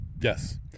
Yes